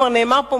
כבר נאמר פה,